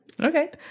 Okay